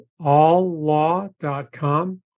alllaw.com